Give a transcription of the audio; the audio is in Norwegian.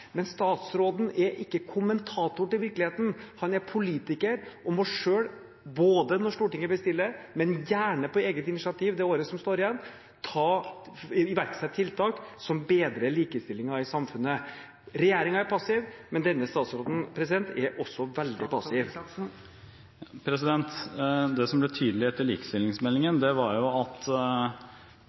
Men statsråden er ikke kommentator til virkeligheten. Han er politiker og må selv – både når Stortinget bestiller det, og gjerne på eget initiativ det året som står igjen – iverksette tiltak som bedrer likestillingen i samfunnet. Regjeringen er passiv, men denne statsråden er også veldig passiv. Det som ble tydelig etter likestillingsmeldingen, var at